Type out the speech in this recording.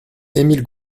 émile